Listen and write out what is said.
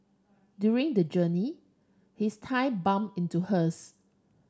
during the journey his thigh bump into hers